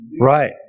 Right